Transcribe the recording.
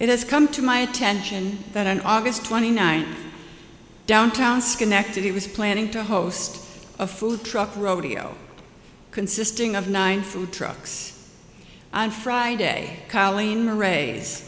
it has come to my attention that on august twenty ninth downtown schenectady was planning to host a food truck rodeo consisting of nine food trucks on friday colleen arrays